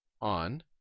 on